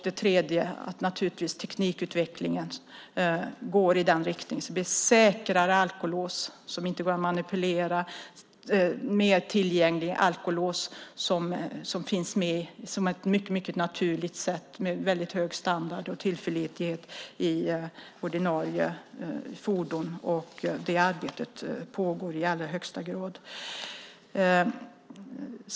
Det tredje är att teknikutvecklingen går i den riktningen att alkolåsen blir säkrare, att de inte går att manipulera, att de blir mer tillgängliga, att det blir naturligt att ha dem och att de har väldigt hög standard och tillförlitlighet i ordinarie fordon. Det arbetet pågår i allra högsta grad.